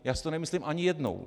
Já si to nemyslím ani jednou.